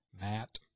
Matt